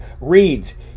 reads